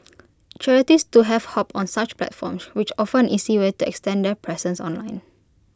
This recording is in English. charities too have hopped on such platforms which offer an easy way to extend their presence online